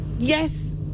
Yes